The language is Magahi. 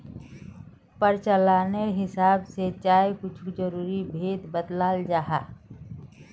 प्रचालानेर हिसाब से चायर कुछु ज़रूरी भेद बत्लाल जाहा